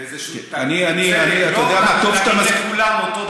בזה, אני, אתה יודע, בסדר, לא כולם אותו דבר.